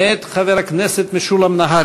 מאת חבר הכנסת משולם נהרי.